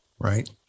right